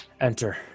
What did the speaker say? enter